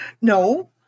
No